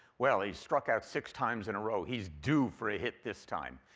well he struck out six times in a row. he's due for a hit this time,